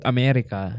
America